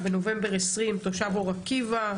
בנובמבר 2020 תושב אור עקיבא,